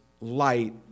light